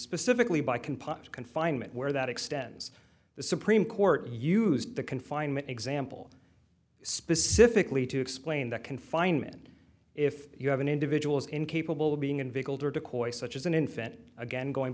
specifically by composite confinement where that extends the supreme court used the confinement example specifically to explain that confinement if you have an individual is incapable of being unveiled or decoy such as an infant again going